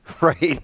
right